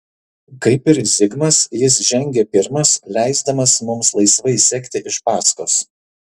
kaip ir zigmas jis žengė pirmas leisdamas mums laisvai sekti iš paskos